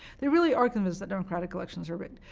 they're really arguments that democratic elections are rigged.